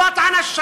זו הטענה ששמעתי.